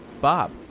Bob